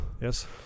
Yes